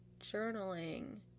journaling